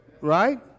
Right